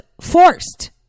forced